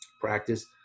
practice